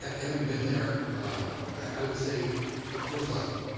ah having been there i would say first off